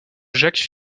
jacques